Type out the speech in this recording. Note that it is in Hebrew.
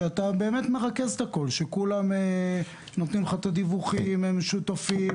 שאתה באמת מרכז את הכול וכולם נותנים לך את הדיווחים וכולם שותפים.